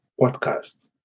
podcast